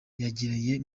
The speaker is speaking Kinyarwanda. yagiriye